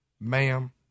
ma'am